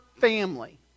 family